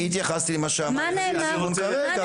אני התייחסתי למה שאמר ידידי סימון כרגע.